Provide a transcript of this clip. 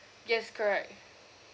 yes correct